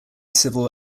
civil